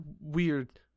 weird